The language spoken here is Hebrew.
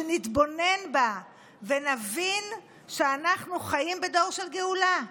שנתבונן בה ונבין שאנחנו חיים בדור של גאולה.